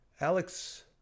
alex